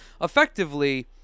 Effectively